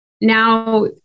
now